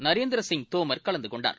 நரேந்திரசிங் தோமர் கலந்துகொண்டனர்